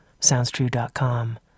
SoundsTrue.com